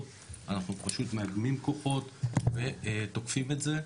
אנחנו פשוט מאגדים כוחות ותוקפים את זה.